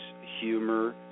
humor